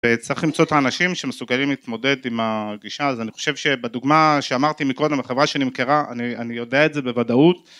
וצריך למצוא את האנשים שמסוגלים להתמודד עם הגישה, אז אני חושב שבדוגמה שאמרתי מקודם, החברה שאני מכירה, אני יודע את זה בוודאות